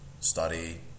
study